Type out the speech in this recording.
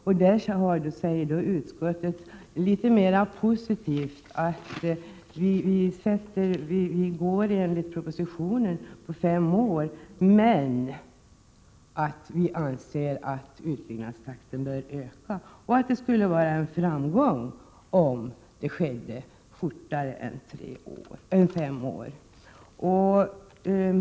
Utskottet uttalar sig litet mera positivt i sin skrivning och säger att man skall gå efter propositionens förslag om fem år, men att utbyggnadstakten bör öka och att det skulle vara en framgång om det skedde snabbare än fem år.